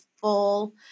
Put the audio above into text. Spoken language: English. full